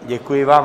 Děkuji vám.